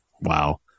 Wow